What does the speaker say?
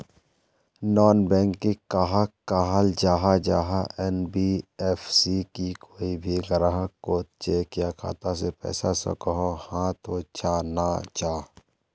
Non banking कहाक कहाल जाहा जाहा एन.बी.एफ.सी की कोई भी ग्राहक कोत चेक या खाता से पैसा सकोहो, हाँ तो चाँ ना चाँ?